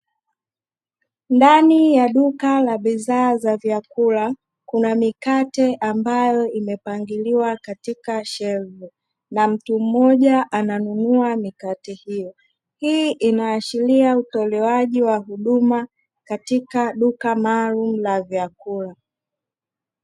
Ndani ya duka la bidhaa za vyakula kuna mikate ambayo imepangiliwa katika shelfu na mmoja ananunua mikate hiyo, hii inaashiria utolewaji wa huduma katika duka maalumu la vyakula.